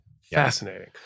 Fascinating